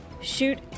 shoot